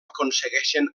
aconsegueixen